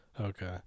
okay